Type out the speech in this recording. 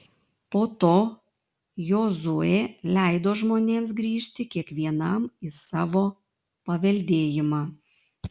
po to jozuė leido žmonėms grįžti kiekvienam į savo paveldėjimą